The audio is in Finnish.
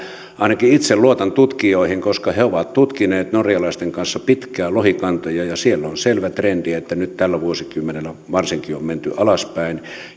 ainakin itse luotan tutkijoihin koska he ovat tutkineet norjalaisten kanssa pitkään lohikantoja siellä on selvä trendi että nyt tällä vuosikymmenellä varsinkin on menty alaspäin